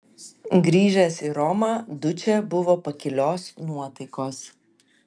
grįžęs į romą dučė buvo pakilios nuotaikos